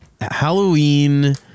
Halloween